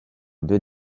deux